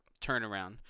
turnaround